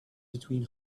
between